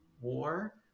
War